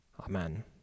Amen